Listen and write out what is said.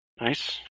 nice